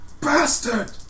bastard